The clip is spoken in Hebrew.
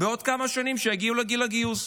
בעוד כמה שנים, כשיגיעו לגיל גיוס.